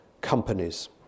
companies